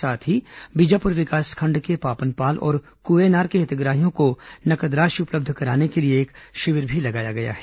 साथ ही बीजापुर विकासखंड के पापनपाल और कुएनार के हितग्राहियों को नगद राशि उपलब्ध कराने के लिए एक शिविर भी लगाया गया है